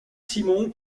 simon